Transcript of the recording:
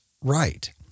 right